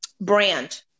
brand